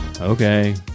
Okay